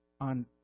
on